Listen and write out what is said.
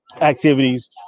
activities